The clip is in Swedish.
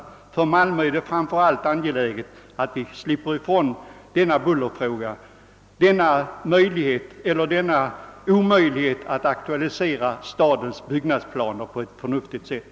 Och för Malmö är det framför allt angeläget att slippa ifrån bullerproblemen, som nu gör det omöjligt för staden att förverkliga sina byggnadsplaner på ett förnuftigt sätt.